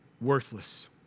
worthless